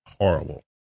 horrible